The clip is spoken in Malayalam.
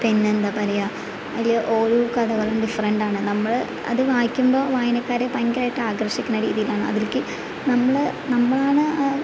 പിന്നെന്താ പറയുക അതിലെ ഓരോ കഥകളും ഡിഫറന്റാണ് നമ്മൾ അത് വായിക്കുമ്പോൾ വായനക്കാരെ ഭയങ്കരമായിട്ട് ആകർഷിക്കണ രീതിയിലാണ് അതിലേയ്ക്ക് നമ്മൾ നമ്മളാണ്